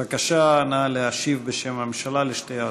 בבקשה, נא להשיב בשם הממשלה על שתי ההצעות.